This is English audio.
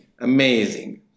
amazing